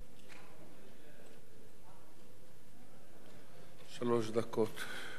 שלוש דקות.